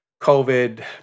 covid